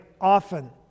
often